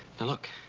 look.